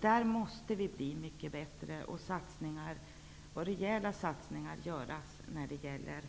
Där måste vi bli mycket bättre: rejäla satsningar måste göras när det gäller